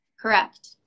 correct